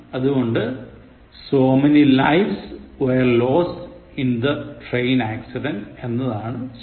അതുകൊണ്ട് so many lives were lost in the train accident എന്നതാണ് ശരി